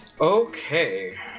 Okay